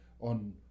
on